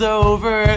over